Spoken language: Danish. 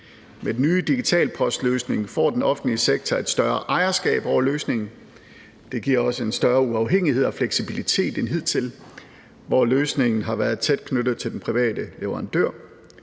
Med den nye digitale postløsning får den offentlige sektor et større ejerskab over løsningen. Det giver også en større uafhængighed og fleksibilitet end hidtil, hvor løsningen har været tæt knyttet til den private leverandør.